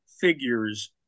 figures